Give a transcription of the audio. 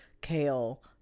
kale